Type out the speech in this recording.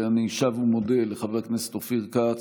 ואני שב ומודה לחבר הכנסת אופיר כץ,